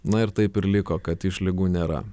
na ir taip ir liko kad išlygų nėra